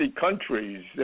countries